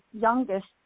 youngest